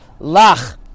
Lach